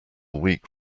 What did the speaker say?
weak